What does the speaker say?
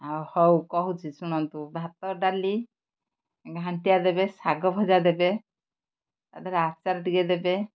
ଆଉ ହଉ କହୁଛି ଶୁଣନ୍ତୁ ଭାତ ଡାଲି ଘାଣ୍ଟିଆ ଦେବେ ଶାଗ ଭଜା ଦେବେ ତାଧିଅରେ ଆଚାର ଟିକେ ଦେବେ